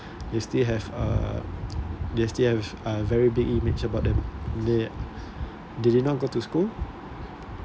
you still have uh they still have a very big image about them they they did not go to school